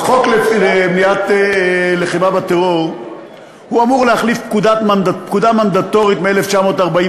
חוק המאבק בטרור אמור להחליף פקודה מנדטורית מ-1945.